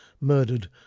murdered